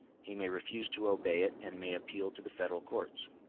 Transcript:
he may refuse to obey it, and may appeal to the federal courts.